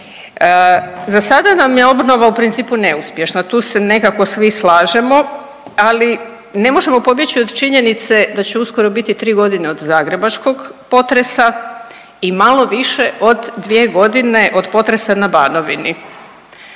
Za sada nam je obnova, u principu, neuspješna, tu se nekako svi slažemo, ali ne možemo pobjeći od činjenice da će uskoro biti 3 godine od zagrebačkog potresa i malo više od 2 godine od potresa na Banovini.